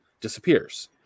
disappears